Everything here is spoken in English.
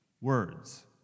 words